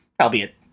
albeit